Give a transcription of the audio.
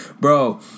Bro